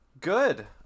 Good